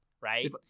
right